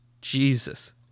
Jesus